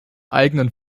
eigenen